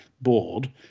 Board